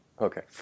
Okay